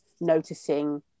noticing